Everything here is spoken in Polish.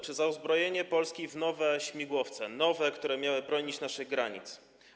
Czy za uzbrojenie Polski w nowe śmigłowce, które miały bronić naszych granic?